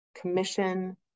commission